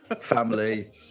family